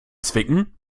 zwicken